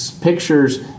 pictures